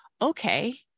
okay